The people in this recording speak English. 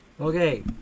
Okay